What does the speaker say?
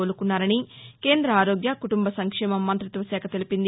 కోలుకున్నారని కేంద్ర ఆరోగ్య కుటుంబ సంక్షేమ మంత్రిత్వ శాఖ తెలిపింది